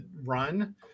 run